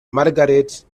margaret